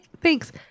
thanks